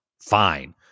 Fine